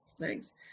Thanks